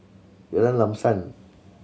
Jalan Lam Sam